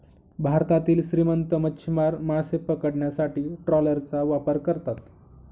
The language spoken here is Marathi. भारतातील श्रीमंत मच्छीमार मासे पकडण्यासाठी ट्रॉलरचा वापर करतात